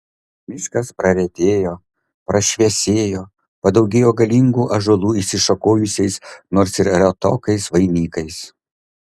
miškas praretėjo prašviesėjo padaugėjo galingų ąžuolų išsišakojusiais nors ir retokais vainikais